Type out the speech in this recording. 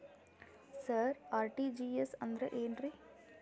ಸರ RTGS ಅಂದ್ರ ಏನ್ರೀ?